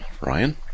Ryan